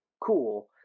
Cool